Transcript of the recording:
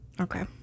Okay